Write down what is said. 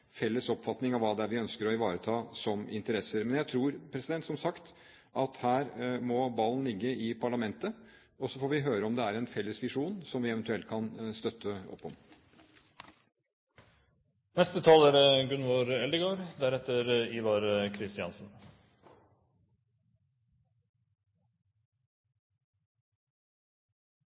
felles oppfatning av hva vi ønsker å ivareta av interesser. Men jeg tror som sagt at her må ballen ligge i parlamentet, og så får vi høre om det er en felles visjon som vi eventuelt kan støtte opp om.